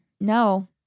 no